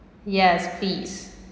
yes please